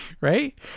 Right